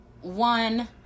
One